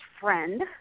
friend